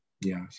Yes